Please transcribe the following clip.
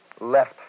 Left